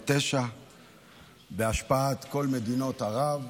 1949 בהשפעת כל מדינות ערב,